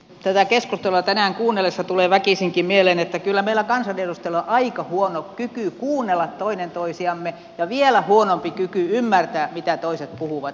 tätä keskustelua tänään kuunnellessa tulee väkisinkin mieleen että kyllä meillä kansanedustajilla on aika huono kyky kuunnella toinen toisiamme ja vielä huonompi kyky ymmärtää mitä toiset puhuvat